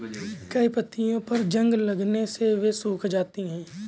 कई पत्तियों पर जंग लगने से वे सूख जाती हैं